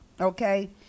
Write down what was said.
okay